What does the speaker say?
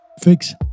Fix